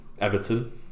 Everton